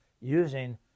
using